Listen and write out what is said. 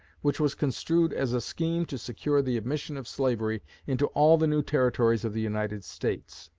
which was construed as a scheme to secure the admission of slavery into all the new territories of the united states.